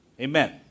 Amen